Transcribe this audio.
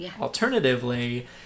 alternatively